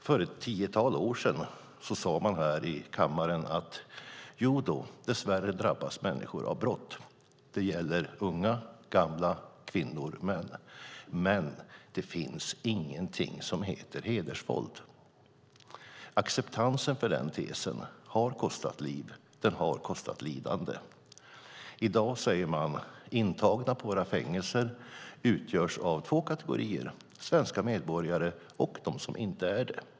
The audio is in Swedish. För ett tiotal år sedan sade man här i kammaren att människor dess värre drabbas av brott - det gäller unga, gamla, kvinnor och män - men att det inte finns någonting som heter hedersvåld. Acceptansen för den tesen har kostat liv och lidande. I dag säger man att de intagna på våra fängelser utgörs av två kategorier, svenska medborgare och de som inte är det.